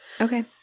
Okay